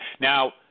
Now